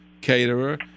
caterer